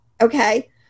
okay